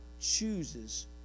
chooses